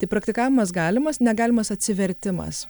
tai praktikavimas galimas negalimas atsivertimas